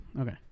Okay